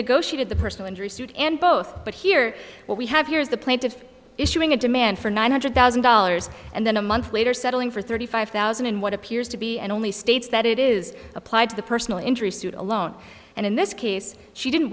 negotiated the personal injury suit and both but here what we have here is the plaintiff issuing a demand for nine hundred thousand dollars and then a month later settling for thirty five thousand in what appears to be an only states that it is applied to the personal injury suit alone and in this case she didn't